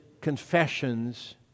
confessions